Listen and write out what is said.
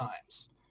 times